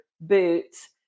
boots